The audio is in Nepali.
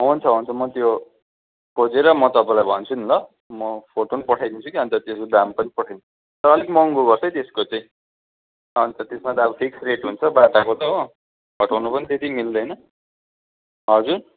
हुन्छ हुन्छ म त्यो खोजेर म तपाईलाई भन्छु नि ल म फोटो पनि पठाइदिन्छु कि अन्त त्यसको दाम पनि पठाइद तर अलिक महँगो गर्छ है त्यसको चाहिँ अन्त त्यसमा त अब फिक्स रेट हुन्छ बाटाको त हो घटाउनु पनि त्यति मिल्दैन हजुर